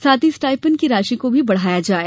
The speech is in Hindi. साथ ही स्टाइफंड की राशि को भी बढ़ाया जाये